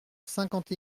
cinquante